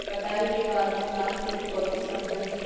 कटाई के बाद के नुकसान से तू काउची समझा ही?